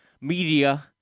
media